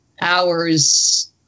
hours